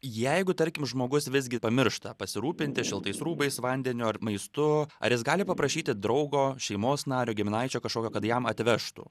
jeigu tarkim žmogus visgi pamiršta pasirūpinti šiltais rūbais vandeniu ar maistu ar jis gali paprašyti draugo šeimos nario giminaičio kažkokio kad jam atvežtų